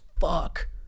fuck